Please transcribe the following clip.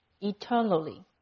eternally